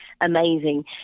amazing